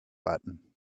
button